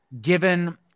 given